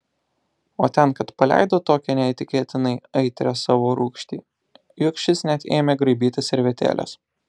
o ten kad paleido tokią neįtikėtinai aitrią savo rūgštį jog šis net ėmė graibytis servetėlės